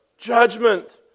Judgment